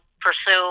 pursue